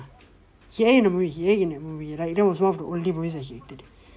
he act in the movie he act in the movie like that was one of the only movies that she acted